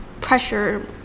pressure